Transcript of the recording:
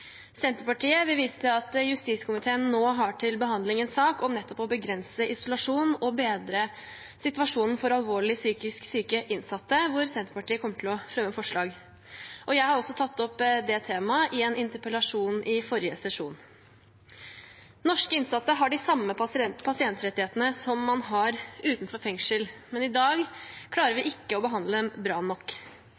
Senterpartiet vil vise til at justiskomiteen nå har til behandling en sak om nettopp å begrense isolasjon og bedre situasjonen for alvorlig psykisk syke innsatte, hvor Senterpartiet kommer til å fremme forslag. Jeg har også tatt opp det temaet i en interpellasjon i forrige sesjon. Norske innsatte har de samme pasientrettighetene som man har utenfor fengsel, men i dag klarer vi